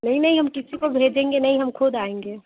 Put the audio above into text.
नहीं नहीं हम किसी को भेजेंगे नहीं हम खुद आएँगे